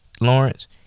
Lawrence